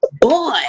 Boy